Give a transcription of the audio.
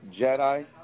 jedi